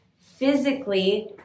physically